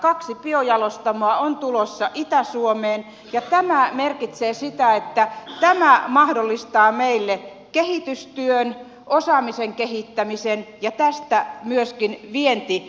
kaksi biojalostamoa on tulossa itä suomeen ja tämä merkitsee sitä että tämä mahdollistaa meille kehitystyön osaamisen kehittämisen ja tästä myöskin vientivetoisen teollisuudenalan